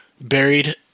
buried